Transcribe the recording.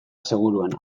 seguruena